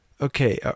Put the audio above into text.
okay